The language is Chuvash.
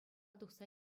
тухса